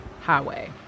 highway